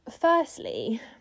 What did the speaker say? Firstly